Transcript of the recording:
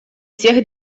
всех